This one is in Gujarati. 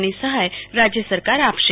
ની સહાય રાજ્ય સરકાર આપશે